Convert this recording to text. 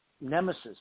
nemesis